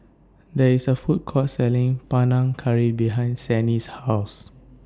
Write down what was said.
There IS A Food Court Selling Panang Curry behind Sannie's House